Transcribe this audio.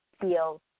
feel